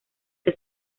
que